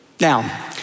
Now